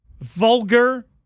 vulgar